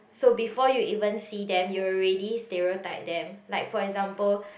so before you even see them you already stereotype them like for example